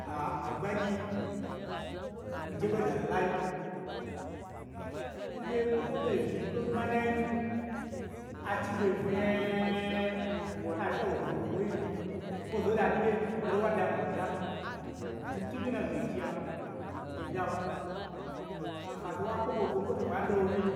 agbagyi, mii je ɓo da lo lai, nge kwo to ɓo zhni ɓo manai nu achi ho unya aa ta shna wo ge ho ɓo ɓoyi lon, kwo zanoi da gnyi ge ɓo dan wa dai kwo to dami. N twuge na gachiya kwoto dan, amma zan wa kpe kwo gwo, kwoto kwa da won wyii,